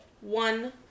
one